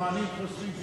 כשאופנוענים חוסמים כביש,